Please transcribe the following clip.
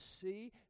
see